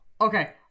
okay